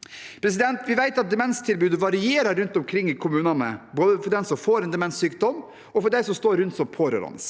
demensskoler. Vi vet at demenstilbudet varierer rundt omkring i kommunene, både for den som får en demenssykdom og for dem som står rundt som pårørende.